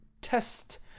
test